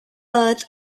earth